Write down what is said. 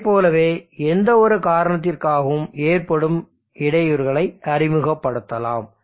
இதை போலவே எந்தவொரு காரணத்திற்காகவும் ஏற்படும் இடையூறுகளை அறிமுகப்படுத்தலாம்